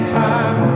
time